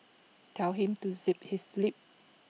tell him to zip his lip